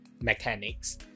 mechanics